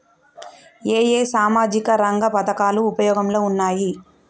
ఏ ఏ సామాజిక రంగ పథకాలు ఉపయోగంలో ఉన్నాయి?